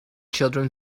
children